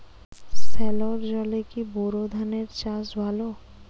সেলোর জলে কি বোর ধানের চাষ ভালো?